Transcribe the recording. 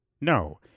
No